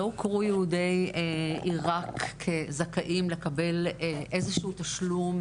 לא הוכרו יהודי עירק כזכאים לקבל איזשהו תשלום,